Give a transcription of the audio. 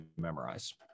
memorize